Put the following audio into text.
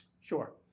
Sure